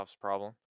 problem